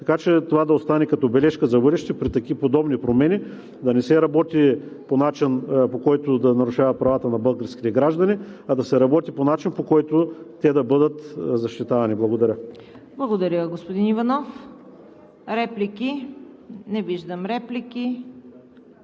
Така че това да остане като бележка за бъдеще при такива подобни промени да не се работи по начин, по който да се нарушават правата на българските граждани, а да се работи по начин, по който те да бъдат защитавани. Благодаря. ПРЕДСЕДАТЕЛ ЦВЕТА КАРАЯНЧЕВА: Благодаря, господин Иванов. Реплики? Не виждам.